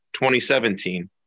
2017